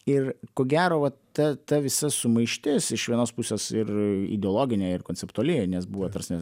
ir ko gero vat ta ta visa sumaištis iš vienos pusės ir ideologinė ir konceptuali nes buvo ta rsme